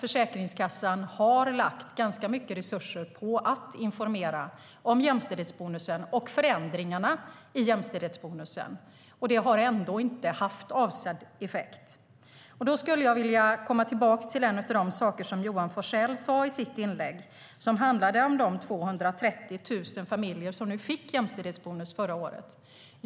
Försäkringskassan har lagt ganska stora resurser på att informera om jämställdhetsbonusen och förändringarna i den, men den har ändå inte fått avsedd effekt. Därför skulle jag vilja komma tillbaka till något som Johan Forssell sa i sitt inlägg, det som gällde de 230 000 familjer som fick jämställdhetsbonus förra året.